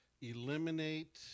eliminate